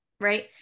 right